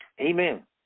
Amen